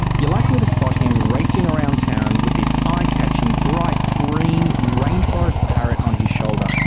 you're likely to spot him racing around town with this eye-catching, bright green rainforest parrot on his shoulder.